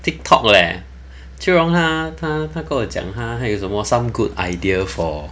tiktok leh qiu rong 他他他跟我讲他有什么 some good idea for